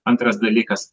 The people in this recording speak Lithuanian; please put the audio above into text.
antras dalykas